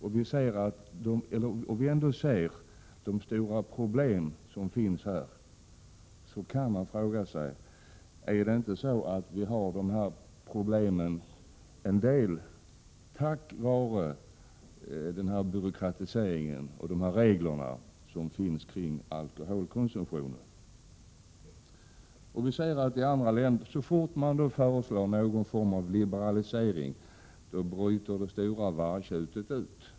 När man ändå ser de stora problem som finns här kan man fråga sig: Är det inte så, att vi har de här problemen delvis på grund av byråkratiseringen och reglerna som finns kring alkoholkonsumtionen? Men så fort det föreslås någon form av liberalisering bryter det stora vargtjutet ut.